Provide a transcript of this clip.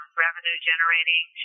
revenue-generating